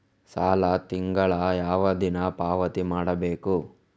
ಸಾಲ ತಿಂಗಳ ಯಾವ ದಿನ ಪಾವತಿ ಮಾಡಬೇಕು?